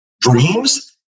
dreams